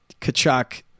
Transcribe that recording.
Kachuk